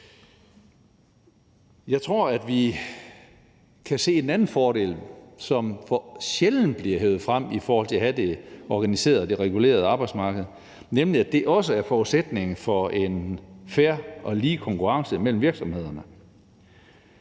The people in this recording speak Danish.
Jeg tror, at vi kan se en anden fordel, som for sjældent bliver hevet frem i forhold til at have det organiserede og regulerede arbejdsmarked, nemlig at det også er forudsætningen for en fair og lige konkurrence mellem virksomhederne.